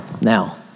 now